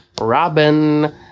Robin